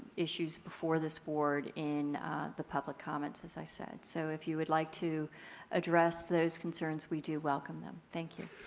issues before this board in the public comment. as i said. so if you would like to address the concerns, we do welcome them. thank you.